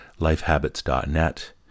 lifehabits.net